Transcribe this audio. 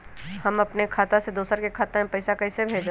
हम अपने खाता से दोसर के खाता में पैसा कइसे भेजबै?